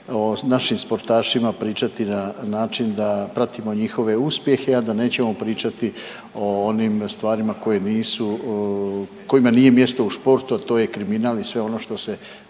o našim sportašima pričati na način da pratimo njihove uspjehe, a da nećemo pričati o onim stvarima koje nisu, kojima nije mjesto u športu, a to je kriminal i sve ono što se